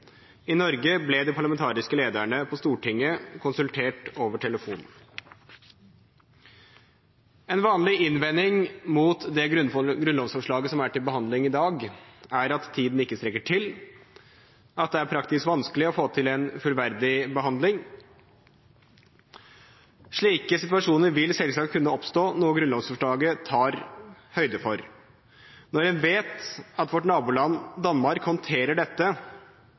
I Norge ble de parlamentariske lederne på Stortinget konsultert over telefon. En vanlig innvending mot det grunnlovsforslaget som er til behandling i dag, er at tiden ikke strekker til, og at det er praktisk vanskelig å få til en fullverdig behandling. Slike situasjoner vil selvsagt kunne oppstå, noe grunnlovsforslaget tar høyde for. Når en vet at vårt naboland Danmark håndterer dette,